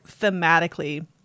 thematically